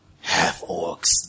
half-orcs